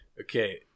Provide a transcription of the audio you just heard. Okay